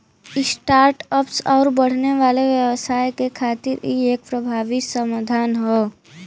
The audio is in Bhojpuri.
स्टार्ट अप्स आउर बढ़ने वाले व्यवसाय के खातिर इ एक प्रभावी समाधान हौ